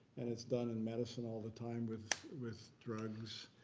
and it's done in medicine all the time with with drugs.